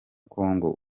kongo